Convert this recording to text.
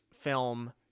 film